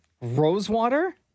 Rosewater